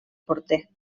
porter